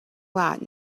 lot